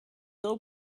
doe